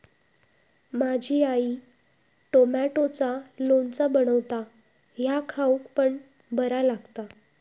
माझी आई टॉमॅटोचा लोणचा बनवता ह्या खाउक पण बरा लागता